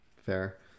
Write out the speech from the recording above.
Fair